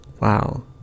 wow